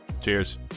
cheers